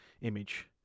image